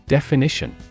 Definition